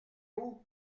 vous